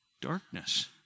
darkness